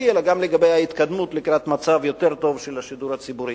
אלא גם לגבי ההתקדמות לקראת מצב יותר טוב של השידור הציבורי.